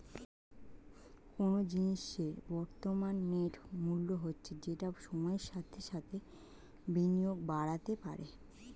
কোনো জিনিসের বর্তমান নেট মূল্য হচ্ছে যেটা সময়ের সাথে সাথে বিনিয়োগে বাড়তে পারে